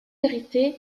irrité